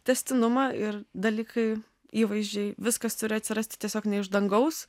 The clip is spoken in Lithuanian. tęstinumą ir dalykai įvaizdžiai viskas turi atsirasti tiesiog ne iš dangaus